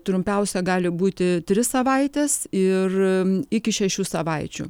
trumpiausia gali būti tris savaites ir iki šešių savaičių